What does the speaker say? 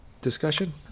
discussion